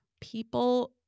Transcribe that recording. people